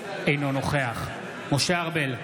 אינו נוכח משה ארבל,